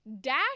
dash